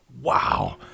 wow